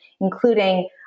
including